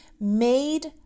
made